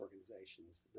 organizations